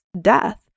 death